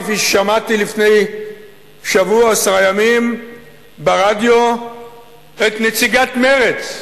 כפי ששמעתי לפני שבוע עשרה ימים ברדיו את נציגת מרצ: